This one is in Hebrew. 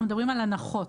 אנחנו מדברים על הנחות.